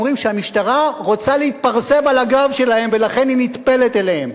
אומרים שהמשטרה רוצה להתפרסם על הגב שלהם ולכן היא נטפלת אליהם.